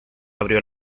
abrió